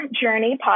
Journey